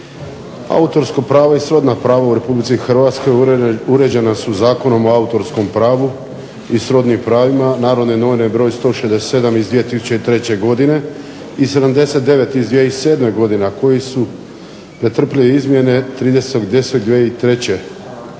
Autorska prava i srodna prava u RH uređena su Zakonom o autorskom pravu i srodnim pravima "Narodne novine", br. 167/2003. godine i 79/2007. godine a koje su pretrpile izmjene 30.10.2003. S